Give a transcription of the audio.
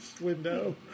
window